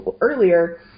earlier